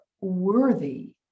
worthy